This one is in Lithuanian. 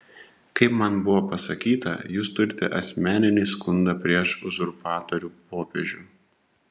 kaip man buvo pasakyta jūs turite asmeninį skundą prieš uzurpatorių popiežių